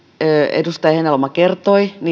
edustaja heinäluoma kertoi